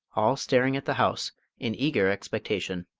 all staring at the house in eager expectation.